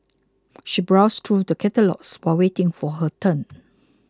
she browsed through the catalogues while waiting for her turn